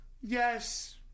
Yes